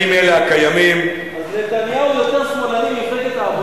אז נתניהו יותר שמאלני ממפלגת העבודה?